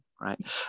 right